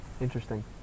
interesting